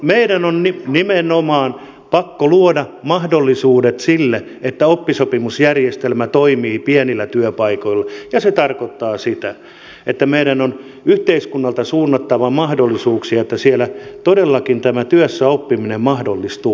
meidän on nimenomaan pakko luoda mahdollisuudet sille että oppisopimusjärjestelmä toimii pienillä työpaikoilla ja se tarkoittaa sitä että meidän on yhteiskunnalta suunnattava mahdollisuuksia että siellä todellakin tämä työssäoppiminen mahdollistuu